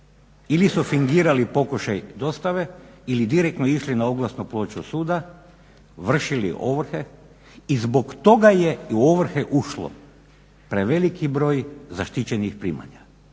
ili su fingirali pokušaj dostave ili direktno išli na oglasnu ploču suda, vršili ovrhe i zbog toga u ovrhe ušlo preveliki broj zaštićenih primanja